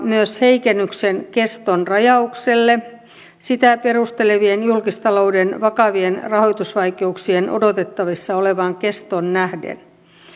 myös heikennyksen keston rajaukselle sitä perustelevien julkistalouden vakavien rahoitusvaikeuksien odotettavissa olevaan kestoon nähden